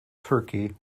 turkey